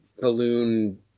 balloon